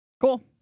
Cool